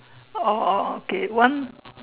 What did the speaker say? oh oh okay one